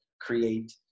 create